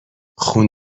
خون